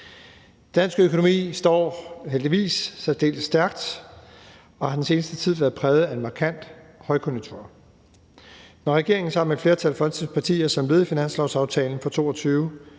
Dansk økonomi står heldigvis særdeles stærkt og har den seneste tid været præget af en markant højkonjunktur. Når regeringen sammen med et flertal af Folketingets partier som led i finanslovsaftalen for 2022